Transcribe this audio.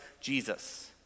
Jesus